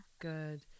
good